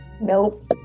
nope